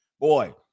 Boy